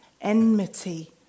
enmity